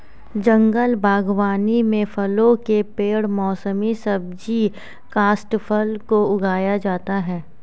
जंगल बागवानी में फलों के पेड़ मौसमी सब्जी काष्ठफल को उगाया जाता है